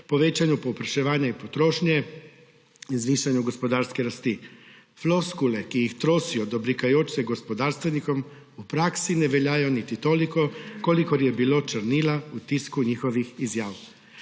povečanju povpraševanja in potrošnje ter zvišanju gospodarske rasti. Floskule, ki jih trosijo, dobrikajoč se gospodarstvenikom, v praksi ne veljajo niti toliko, kolikor je bilo črnila v tisku njihovih izjav.